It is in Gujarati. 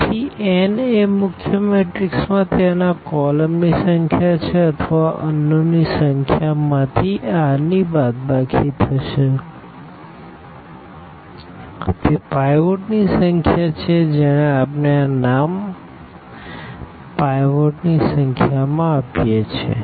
તેથી એન એ મુખ્ય મેટ્રિક્સમાં ત્યાંના કોલમની સંખ્યા છે અથવા અનનોનની સંખ્યા માંથી r ની બાદબાકી થશે તે પાઈવોટની સંખ્યા છે જેને આપણે આ નામ પાઈવોટની સંખ્યામાં આપીએ છીએ